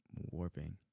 warping